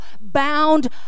bound